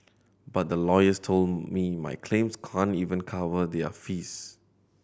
but the lawyers told me my claims can't even cover their fees